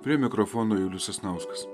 prie mikrofono julius sasnauskas